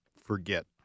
forget